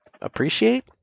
appreciate